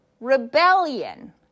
rebellion